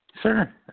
Sure